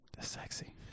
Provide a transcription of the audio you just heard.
Sexy